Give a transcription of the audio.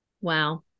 Wow